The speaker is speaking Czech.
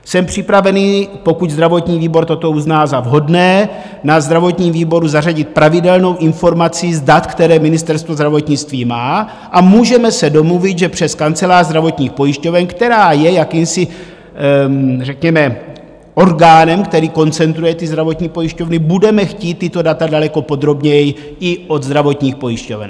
Jsem připravený, pokud zdravotní výbor toto uzná za vhodné, na zdravotním výboru zařadit pravidelnou informaci z dat, která Ministerstvo zdravotnictví má, a můžeme se domluvit, že přes kancelář zdravotních pojišťoven, která je jakýmsi řekněme orgánem, který koncentruje zdravotní pojišťovny, budeme chtít tato data daleko podrobněji i od zdravotních pojišťoven.